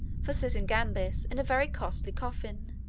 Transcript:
for sysigambis, in a very costly coffin,